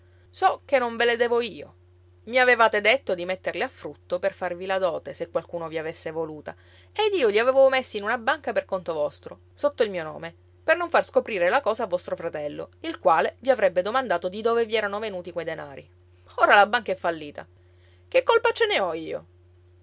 so che non ve le devo io i avevate detto di metterle a frutto per farvi la dote se qualcuno vi avesse voluta ed io li avevo messi in una banca per conto vostro sotto il mio nome per non far scoprire la cosa a vostro fratello il quale vi avrebbe domandato di dove vi erano venuti quei denari ora la banca è fallita che colpa ce ne ho io